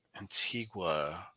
Antigua